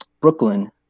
brooklyn